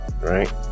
right